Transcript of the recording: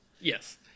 Yes